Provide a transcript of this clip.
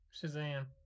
Shazam